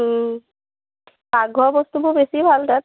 পাকঘৰৰ বস্তুবোৰ বেছি ভাল তাত